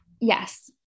Yes